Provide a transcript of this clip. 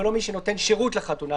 אבל לא מי שנותן שירות לחתונה,